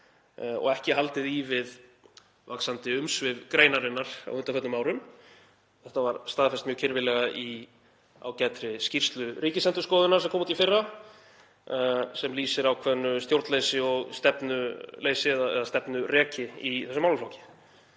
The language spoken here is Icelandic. og ekki haldið í við vaxandi umsvif greinarinnar á undanförnum árum. Þetta var staðfest mjög kirfilega í ágætri skýrslu Ríkisendurskoðunar sem kom út í fyrra sem lýsir ákveðnu stjórnleysi og stefnuleysi eða stefnureki í þessum málaflokki.